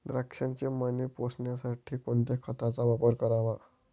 द्राक्षाचे मणी पोसण्यासाठी कोणत्या खताचा वापर करावा?